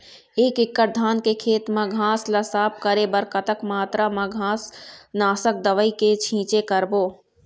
एक एकड़ धान के खेत मा घास ला साफ करे बर कतक मात्रा मा घास नासक दवई के छींचे करबो?